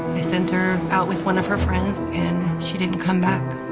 i sent her out with one of her friends, and she didn't come back.